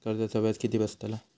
कर्जाचा व्याज किती बसतला?